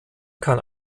kann